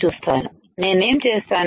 చూస్తాను నేనేం చేస్తాను